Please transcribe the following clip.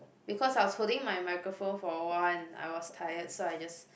because I was holding my microphone for a while and I I was tired so I just